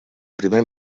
primer